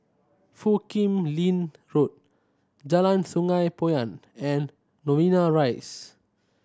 Foo Kim Lin Road Jalan Sungei Poyan and Novena Rise